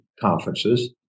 conferences